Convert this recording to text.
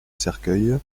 cercueil